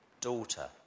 daughter